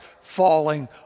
falling